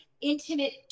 intimate